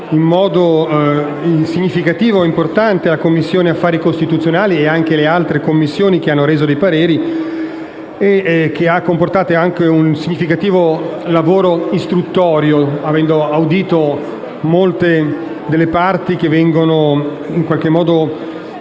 in modo significativo e importante la Commissione affari costituzionali e le altre Commissioni che hanno reso i pareri e che ha comportato anche un significativo lavoro istruttorio, avendo noi audito molte delle parti che vengono in qualche modo coinvolte